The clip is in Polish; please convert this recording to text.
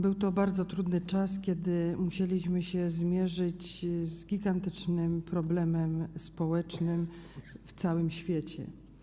Był to bardzo trudny czas, kiedy musieliśmy zmierzyć się z gigantycznym problemem społecznym na całym świecie.